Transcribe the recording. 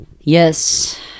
Yes